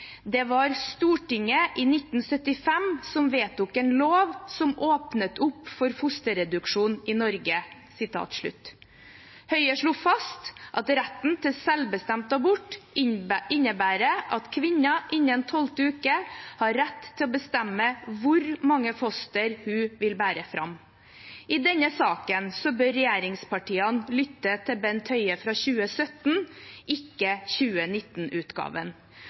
«det var Stortinget i 1975 som vedtok en lov som åpnet opp for fosterreduksjon i Norge». Høie slo fast at retten til selvbestemt abort innebærer at kvinnen innen 12. uke har rett til å bestemme hvor mange foster hun vil bære fram. I denne saken bør regjeringspartiene lytte til Bent Høie fra 2017, ikke